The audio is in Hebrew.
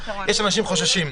יש אנשים שחוששים.